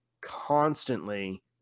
constantly